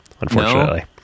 unfortunately